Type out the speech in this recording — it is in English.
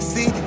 See